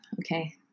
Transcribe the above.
Okay